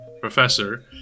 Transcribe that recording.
professor